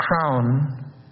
crown